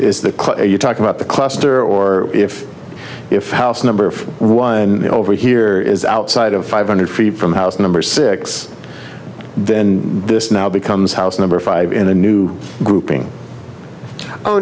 is that you talking about the cluster or if if house number one over here is outside of five hundred feet from house number six then this now becomes house number five in a new grouping oh